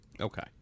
Okay